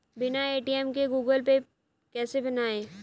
बिना ए.टी.एम के Google Pay कैसे बनायें?